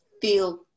feel